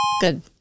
Good